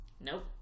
nope